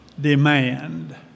demand